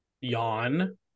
Yawn